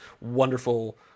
wonderful